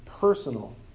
personal